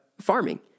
farming